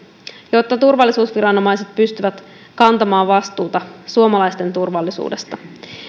jotta turvallisuusviranomaiset pystyvät kantamaan vastuuta suomalaisten turvallisuudesta